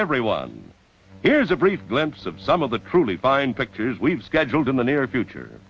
everyone here is a brief glimpse of some of the truly fine pictures we've scheduled in the near future